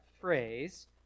phrase